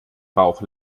bauch